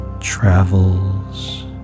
travels